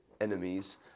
enemies